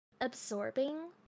absorbing